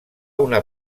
una